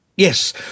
Yes